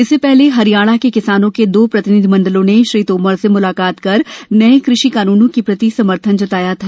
इससे पहले हरियाणा के किसानों के दो प्रतिनिधिमंडलों ने श्री तोमर से मुलाकात कर नये कृषि कानूनों के प्रति समर्थन जताया था